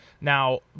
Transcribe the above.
Now